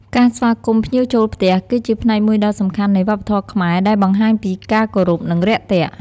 ការស្វាគមន៍ភ្ញៀវចូលផ្ទះ គឺជាផ្នែកមួយដ៏សំខាន់នៃវប្បធម៌ខ្មែរ ដែលបង្ហាញពីការគោរព និងរាក់ទាក់។